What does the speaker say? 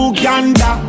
Uganda